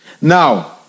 now